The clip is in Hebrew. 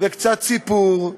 וקצת סיפור,